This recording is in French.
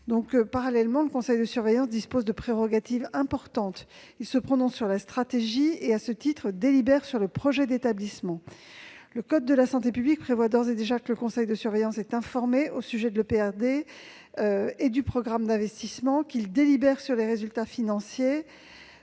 Parallèlement, le conseil de surveillance dispose de prérogatives importantes : il se prononce sur la stratégie et, à ce titre, délibère sur le projet d'établissement. Le code de la santé publique prévoit d'ores et déjà que le conseil de surveillance est informé de l'EPRD, l'état des prévisions de recettes et de dépenses, et du programme d'investissement et qu'il délibère sur les résultats financiers